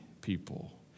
people